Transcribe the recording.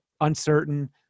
uncertain